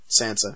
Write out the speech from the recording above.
Sansa